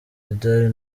vidal